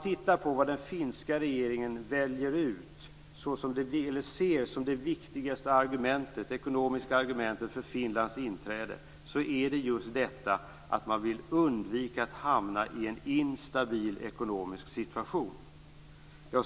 Det som den finska regeringen ser som det viktigaste ekonomiska argumentet för Finlands inträde i EMU är just att man vill undvika att hamna i en instabil ekonomisk situation.